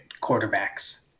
quarterbacks